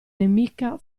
nemica